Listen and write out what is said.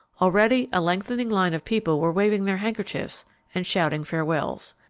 already a lengthening line of people were waving their handkerchiefs and shouting farewells.